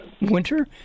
winter